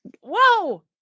Whoa